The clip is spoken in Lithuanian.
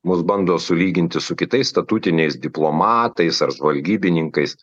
mus bando sulyginti su kitais statutiniais diplomatais ar žvalgybininkais